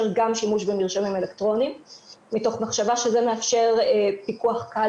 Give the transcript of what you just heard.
גם שימוש במרשמים אלקטרוניים מתוך מחשבה שזה מאפשר פיקוח קל